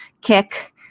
kick